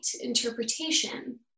interpretation